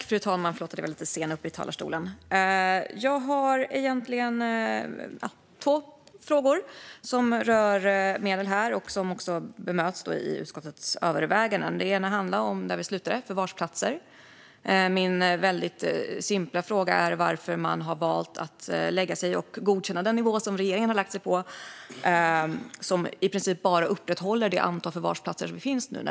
Fru talman! Jag har två frågor som rör medel här och som även bemöts i utskottets överväganden. Den ena frågan handlar om förvarsplatser. Min väldigt simpla fråga är varför man har valt att lägga sig på och godkänna den nivå som regeringen har lagt sig på och som i princip bara upprätthåller det antal förvarsplatser som finns nu.